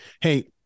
Hey